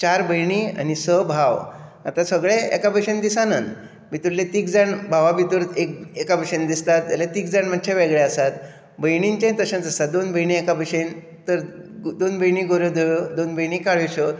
चार भयणीं आनी स भाव आता सगळे एका बशेन दिसनात भितूरले तिग जाण भावां भितर एक एकाबशेन दिसता जाल्यार तिग जाण मातशे वेगळे आसात भयणींचेय तशेंच आसा दोन भयणीं एका बशेन तर दोन भयणीं गोऱ्योश्यो जाल्यार दोन भयणी काळ्योश्यो